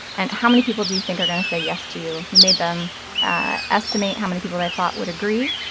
and how many people do you think are going to say yes to you? we made them ah estimate how many people they thought would agree,